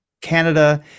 Canada